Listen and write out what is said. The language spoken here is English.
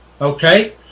Okay